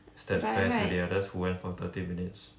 is that fair to the others who went for thirty minutes